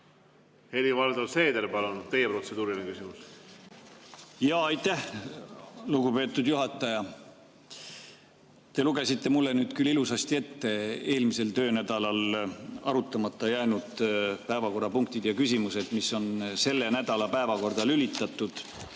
Helir-Valdor Seeder, palun, teie protseduuriline küsimus! Aitäh, lugupeetud juhataja! Te lugesite mulle nüüd küll ilusasti ette eelmisel töönädalal arutamata jäänud päevakorrapunktid ja küsimused, mis on selle nädala päevakorda lülitatud